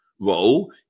role